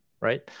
right